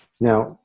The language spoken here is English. Now